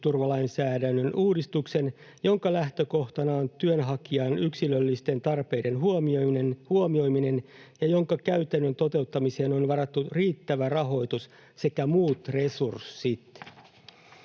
työttömyysturvalainsäädännön uudistuksen, jonka lähtökohtana on työnhakijan yksilöllisten tarpeiden huomioiminen ja jonka käytännön toteuttamiseen on varattu riittävä rahoitus sekä muut resurssit.”